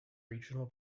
regional